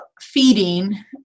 feeding